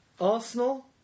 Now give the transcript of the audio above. Arsenal